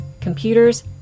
computers